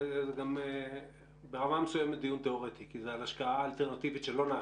זה גם ברמה מסוימת דיון תיאורטי כי זה על השקעה אלטרנטיבית שלא נעשתה.